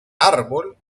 árbol